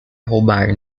roubar